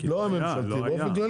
לא ממשלתי, באופן כללי.